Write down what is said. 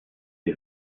die